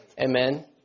Amen